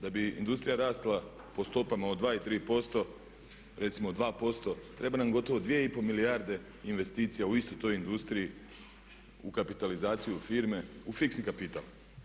Da bi industrija rasla po stopama od 2 i 3% recimo 2% treba nam gotovo 2 i pol milijarde investicija u istoj toj industriji u kapitalizaciju firme, u fiksni kapital.